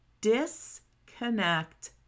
Disconnect